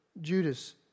Judas